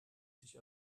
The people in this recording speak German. sich